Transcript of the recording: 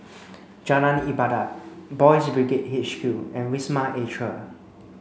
Jalan Ibadat Boys' Brigade H Q and Wisma Atria